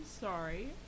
sorry